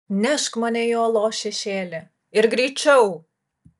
nešk mane į uolos šešėlį ir greičiau